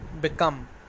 become